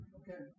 okay